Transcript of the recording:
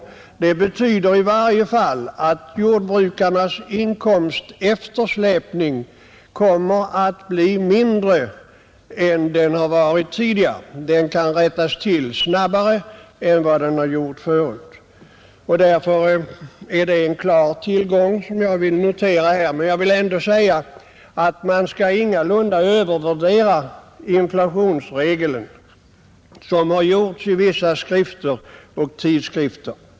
Det betyder att jordbrukarnas inkomsteftersläpning i varje fall kommer att bli mindre än den har varit tidigare, eftersom den kan rättas till snabbare än förut, Det är alltså en klar tillgång som jag vill notera här. Men jag vill ändå säga att man ingalunda skall övervärdera inflationsregeln på det sätt som gjorts i vissa skrifter och tidskrifter.